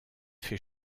fait